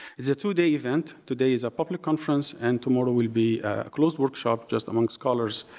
it's a two-day event. today is a public conference and tomorrow will be a closed workshop just amongst scholars